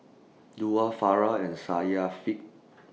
Daud Farah and Syafiqah